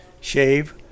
shave